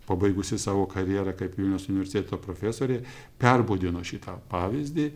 pabaigusi savo karjerą kaip vilniaus universiteto profesorė perbudino šitą pavyzdį